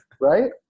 Right